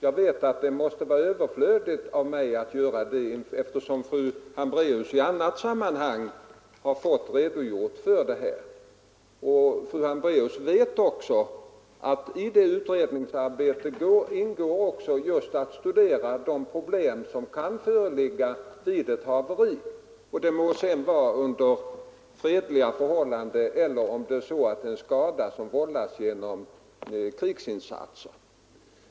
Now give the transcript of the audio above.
Det skulle vara en överloppsgärning om jag gjorde det, eftersom fru Hambraeus har fått en redogörelse för detta i annat sammanhang. Fru Hambraeus vet också att i det utredningsarbetet ingår just att studera de problem som kan uppkomma vid ett haveri, det må vara en skada som uppstår under fredliga förhållanden eller en skada som vållas av krigsinsatser.